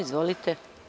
Izvolite.